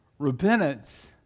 Repentance